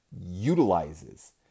utilizes